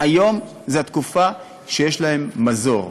היום זאת התקופה שיש להם מזור,